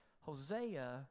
hosea